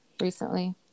recently